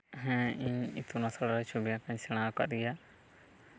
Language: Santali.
ᱦᱮᱸ ᱤᱧ ᱤᱛᱩᱱ ᱟᱥᱲᱟ ᱨᱮ ᱪᱷᱚᱵᱤ ᱟᱸᱠᱟᱣ ᱥᱮᱬᱟᱣ ᱠᱟᱜ ᱜᱮᱭᱟ